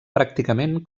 pràcticament